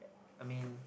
I mean